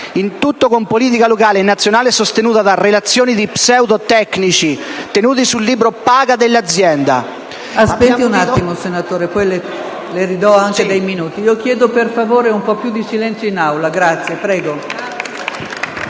Il tutto con politica locale e nazionale sostenuta da relazioni di pseudotecnici, tenuti sul libro paga dell'azienda. *(Brusìo).* PRESIDENTE. Aspetti un attimo, senatore, poi le ridarò anche dei minuti. Chiedo, per favore, un po' più di silenzio in Aula. Grazie.